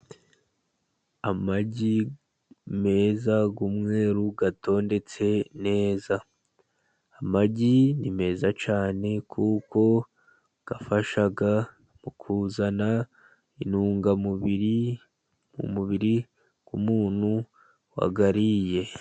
Amagi meza y'umweru atondetse neza. Amagi ni meza cyane kuko afasha kuzana intungamubiri, mu mubiri w' muntu wayariye.